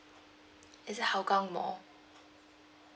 is it hougang mall